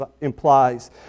implies